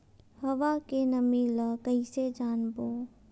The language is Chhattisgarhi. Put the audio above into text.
हवा के नमी ल कइसे जानबो?